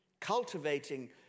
cultivating